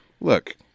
Look